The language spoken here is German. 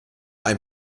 ein